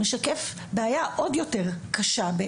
הוא משקף בעיה עוד יותר קשה.